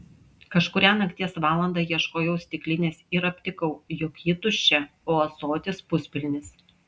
kažkurią nakties valandą ieškojau stiklinės ir aptikau jog ji tuščia o ąsotis puspilnis